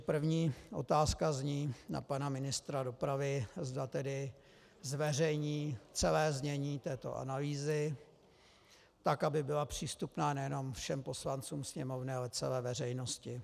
První otázka zní na pana ministra dopravy, zda tedy zveřejní celé znění této analýzy, tak aby byla přístupná nejenom všem poslancům Sněmovny, ale celé veřejnosti.